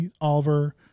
Oliver